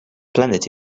planet